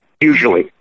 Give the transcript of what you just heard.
Usually